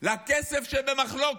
לכסף שבמחלוקת,